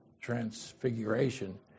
transfiguration